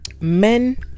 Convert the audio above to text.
men